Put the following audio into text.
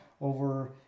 over